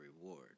reward